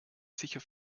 sicher